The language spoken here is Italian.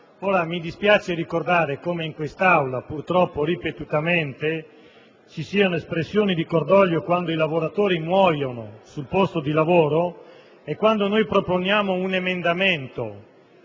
Mi dispiace ricordare come in quest'Aula, purtroppo ripetutamente, ci siano espressioni di cordoglio quando i lavoratori muoiono sul posto di lavoro; quando però proponiamo un emendamento